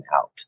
out